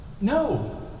no